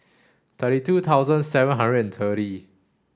thirty two thousand seven hundred and thirty